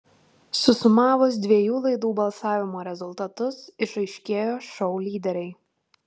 susumavus dviejų laidų balsavimo rezultatus išaiškėjo šou lyderiai